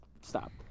stop